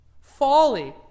folly